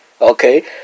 Okay